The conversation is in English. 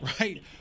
Right